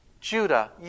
Judah